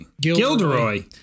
Gilderoy